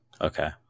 Okay